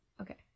Okay